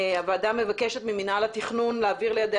הוועדה מבקשת ממינהל התכנון להעביר לידיה